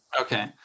Okay